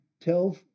tell